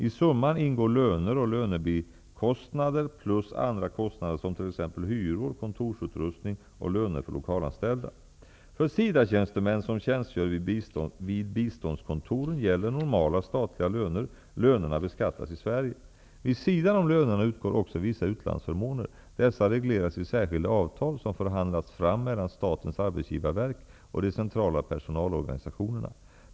I summan ingår löner och lönebikostnader plus andra kostnader som t.ex. För SIDA-tjänstemän som tjänstgör vid biståndskontoren gäller normala statliga löner. Lönerna beskattas i Sverige. Vid sidan om lönerna utgår också vissa utlandsförmåner. Dessa regleras i särskilda avtal som förhandlats fram mellan Statens arbetsgivarverk och de centrala personalorganisationerna.